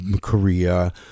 Korea